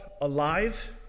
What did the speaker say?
alive